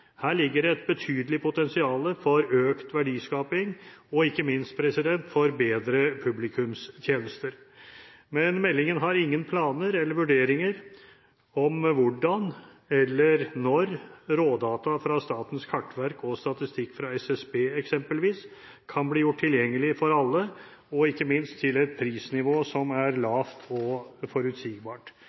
Her ligger det et betydelig potensial for økt verdiskaping og – ikke minst – for bedre publikumstjenester. Men meldingen har ingen planer om eller vurderinger av hvordan eller når rådata fra Statens kartverk og statistikk fra SSB eksempelvis kan bli gjort tilgjengelig for alle, og ikke minst til et prisnivå som er lavt og forutsigbart.